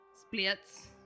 splits